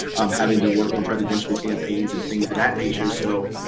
um having to work on presidential campaigns and things of that nature. so